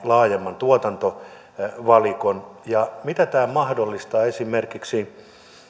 laajemman tuotantovalikon ja mitä tämä mahdollistaa esimerkiksi